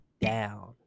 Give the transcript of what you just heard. down